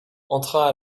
entra